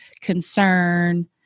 concern